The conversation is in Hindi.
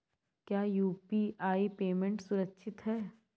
क्या यू.पी.आई पेमेंट सुरक्षित है?